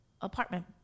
apartment